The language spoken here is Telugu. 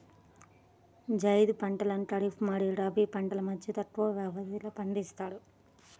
జైద్ పంటలను ఖరీఫ్ మరియు రబీ పంటల మధ్య తక్కువ వ్యవధిలో పండిస్తారు